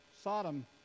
Sodom